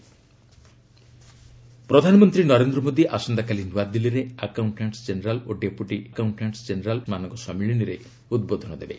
PM conclave ପ୍ରଧାନମନ୍ତ୍ରୀ ନରେନ୍ଦ୍ର ମୋଦି ଆସନ୍ତାକାଲି ନୂଆଦିଲ୍ଲୀରେ ଆକାଉଣ୍ଟାଣ୍ଟସ୍ ଜେନେରାଲ୍ ଓ ଡେପୁଟି ଆକାଉଷ୍କାଷ୍ଟସ୍ ଜେନରୋଲ୍ମାନଙ୍କ ସମ୍ମିଳନୀରେ ଉଦ୍ବୋଧନ ଦେବେ